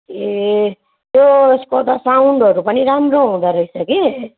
ए त्यो यसको त साउन्डहरू पनि राम्रो हुँदारहेछ कि